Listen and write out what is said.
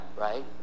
right